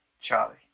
Charlie